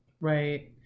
Right